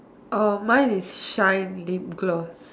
uh mine is shine lip gloss